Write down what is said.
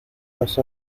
los